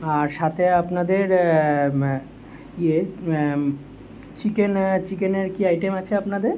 আর সাথে আপনাদের ইয়ে চিকেন চিকেনের কী আইটেম আছে আপনাদের